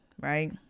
right